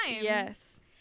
Yes